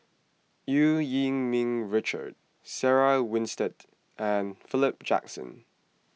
Eu Yee Ming Richard Sarah Winstedt and Philip Jackson